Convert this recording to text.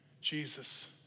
Jesus